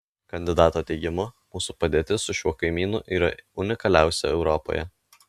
kandidato teigimu mūsų padėtis su šiuo kaimynu yra unikaliausia europoje